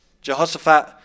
Jehoshaphat